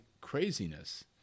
craziness